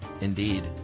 Indeed